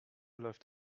läuft